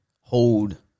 hold